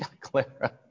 Clara